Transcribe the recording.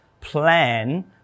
plan